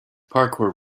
parkour